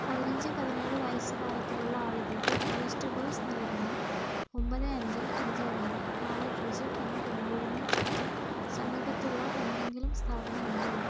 പതിനഞ്ച് പതിനേഴ് വയസ്സ് പ്രായത്തിലുള്ള ആളുകൾക്ക് ബൂസ്റ്റർ ഡോസ് നൽകുന്ന ഒമ്പത് അഞ്ച് അഞ്ച് രണ്ട് നാല് പൂജ്യം എന്ന പിൻകോഡിന് ചുറ്റും സമീപത്തുള്ള എന്തെങ്കിലും സ്ഥാപനമുണ്ടോ